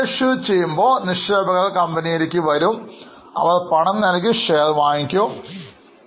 issue share എന്നാൽ നിക്ഷേപകർ കമ്പനിയെ സമീപിക്കുകയും അവർ പണം നൽകി ഷെയർ വാങ്ങുകയും ചെയ്യുന്നു